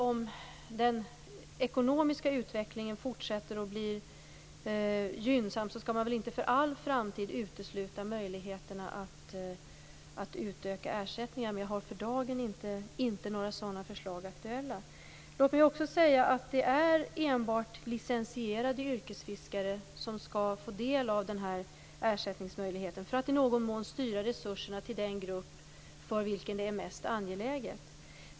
Om den ekonomiska utvecklingen fortsätter och blir gynnsam skall man väl inte för all framtid utesluta möjligheterna att utöka ersättningen. Men jag har för dagen inte några sådana förslag aktuella. Låt mig också säga att det enbart är licensierade yrkesfiskare som skall få del av den här ersättningen. Det beror på att vi i någon mån vill styra resurserna till den grupp för vilken det är mest angeläget.